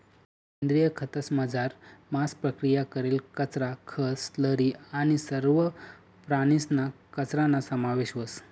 सेंद्रिय खतंसमझार मांस प्रक्रिया करेल कचरा, खतं, स्लरी आणि सरवा प्राणीसना कचराना समावेश व्हस